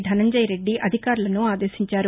ధనంజయరెడ్డి అధికారులను ఆదేశించారు